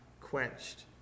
quenched